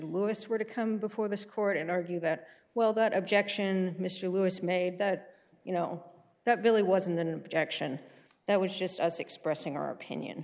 lewis were to come before this court and argue that well that objection mr lewis made that you know that really wasn't an objection that was just us expressing our opinion